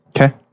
Okay